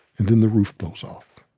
and then the roof blows off.